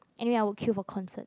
anyway I would queue for concert